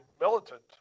militant